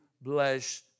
bless